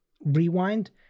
rewind